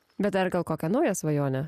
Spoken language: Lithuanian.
bet dar gal kokią naują svajonę